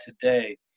today